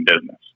business